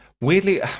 Weirdly